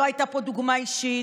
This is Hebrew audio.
לא הייתה פה דוגמה אישית,